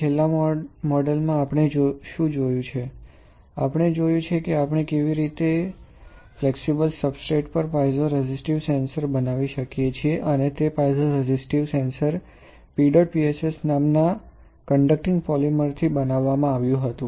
છેલ્લા મોડેલ માં આપણે શુ જોયું છે આપણે જોયું છે કે આપણે કેવી રીતે ફ્લેક્સિબલ સબસ્ટ્રેટ પર પાઇઝો રેઝિસ્ટીવ સેન્સર બનાવી શકીએ છીએ અને તે piezo resistive sensor PEDOT PSS નામના કન્ડક્ટિંગ પોલિમર થી બનાવવામાં આવ્યું હતું